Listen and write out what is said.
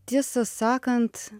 tiesą sakant